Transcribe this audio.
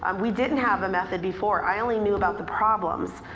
um we didn't have a method before. i only knew about the problems.